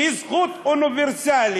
שהיא זכות אוניברסלית,